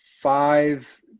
five